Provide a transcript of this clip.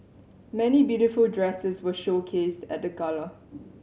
many beautiful dresses were showcased at the gala